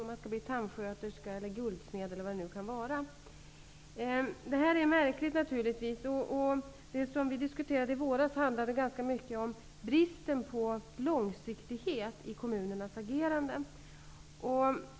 Det gäller t.ex. om man vill bli tandsköterska eller guldsmed. Det här är naturligtvis märkligt. Vår diskussion i våras handlade ganska mycket om bristen på långsiktighet i kommunernas agerande.